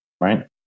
right